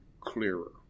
clearer